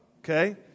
Okay